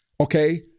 okay